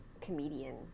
comedian